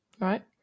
right